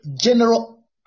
general